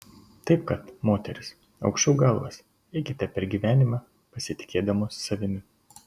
taip kad moterys aukščiau galvas eikite per gyvenimą pasitikėdamos savimi